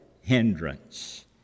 hindrance